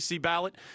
ballot